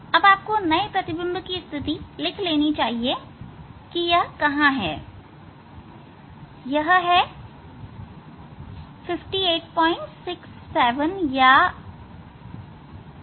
अब आपको नए प्रतिबिंब की स्थिति लिख लेनी चाहिए कि यह कहां है यह है 5867 या 8